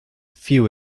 few